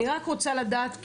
אני רק רוצה לדעת מגיטה,